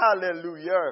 hallelujah